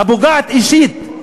הפוגעת אישית,